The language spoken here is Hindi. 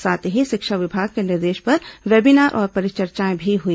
साथ ही शिक्षा विभाग के निर्देश पर वेबीनार और परिचर्चाएं भी हुई